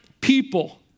people